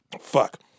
Fuck